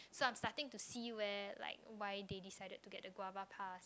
so I'm starting to see where like why they decided to get the guava pass